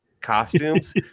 costumes